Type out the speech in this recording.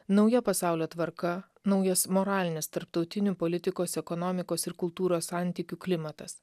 nauja pasaulio tvarka naujas moralinis tarptautinių politikos ekonomikos ir kultūros santykių klimatas